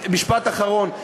משפט אחרון,